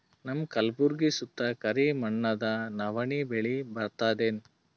ನಮ್ಮ ಕಲ್ಬುರ್ಗಿ ಸುತ್ತ ಕರಿ ಮಣ್ಣದ ನವಣಿ ಬೇಳಿ ಬರ್ತದೇನು?